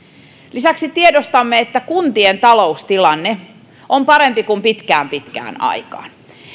lisäksi tiedostamme että kuntien taloustilanne on parempi kuin pitkään pitkään aikaan